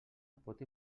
pot